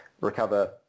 recover